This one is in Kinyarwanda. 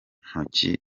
ntoki